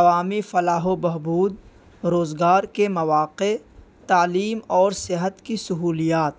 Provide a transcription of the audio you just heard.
عوامی فلاح و بہبود روزگار کے مواقع تعلیم اور صحت کی سہولیات